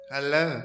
Hello